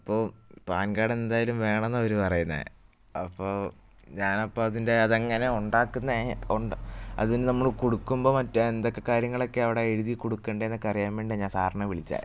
അപ്പോൾ PAN card എന്തായാലും വേണമെന്നാണ് ആവർ പറയുന്നത് അപ്പോൾ ഞാൻ അപ്പം അതിൻ്റെ അതെങ്ങനെ ആണ് ഉണ്ടാക്കുന്നത് ഉണ്ട് അതിന് നമ്മള് കൊടുക്കുമ്പോൾ മറ്റേ എന്തൊക്കെ കാര്യങ്ങളൊക്കെയാണ് അവിടെ എഴുതി കൊടുക്കണ്ടത് എന്നൊക്കെ അറിയാൻ വേണ്ടിയാണ് ഞാൻ സാറിനെ വിളിച്ചത്